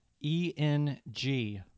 E-N-G